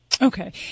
okay